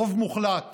רוב מוחלט